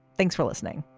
thanks for listening